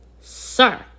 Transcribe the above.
Sir